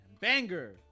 Banger